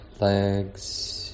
legs